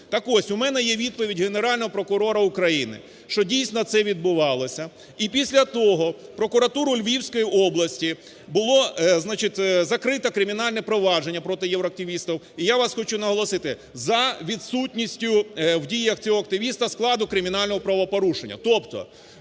Так ось, в мене є відповідь Генерального прокурора України, що, дійсно, це відбувалося, і після того прокуратуру Львівської області було закрито кримінальне провадження проти євроактивістів, і я вам хочу наголосити, за відсутністю в діях цього активіста складу кримінального правопорушення.